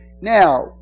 Now